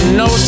no